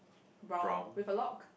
brown ah with a lock